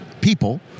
people